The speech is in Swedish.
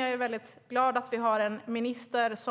Jag är glad för ministerns